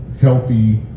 healthy